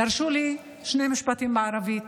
תרשו לי שני משפטים בערבית.